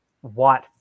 white